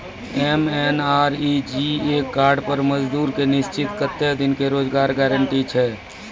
MNREGA card पर मजदुर के निश्चित कत्तेक दिन के रोजगार गारंटी छै?